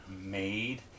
made